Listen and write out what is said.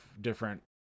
different